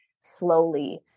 slowly